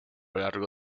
largo